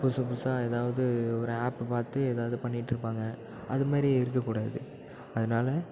புதுசு புதுசாக எதாவது ஒரு ஆப்பு பார்த்து எதாவது பண்ணிட்டுருப்பாங்க அது மாதிரி இருக்கக்கூடாது அதனால